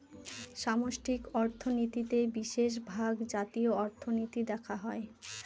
সামষ্টিক অর্থনীতিতে বিশেষভাগ জাতীয় অর্থনীতি দেখা হয়